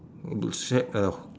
want to set a